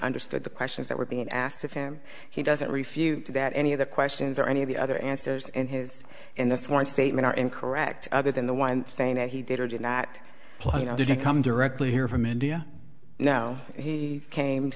understood the questions that were being asked of him he doesn't refute that any of the questions or any of the other answers and his in this one statement are incorrect other than the one saying that he did or did not did you come directly here from india you know he came